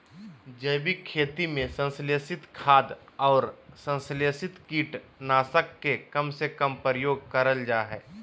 जैविक खेती में संश्लेषित खाद, अउर संस्लेषित कीट नाशक के कम से कम प्रयोग करल जा हई